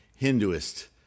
Hinduist